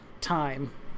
time